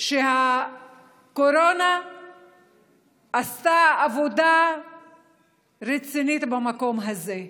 שהקורונה עשתה עבודה רצינית במקום הזה.